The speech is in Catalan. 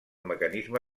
mecanisme